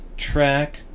track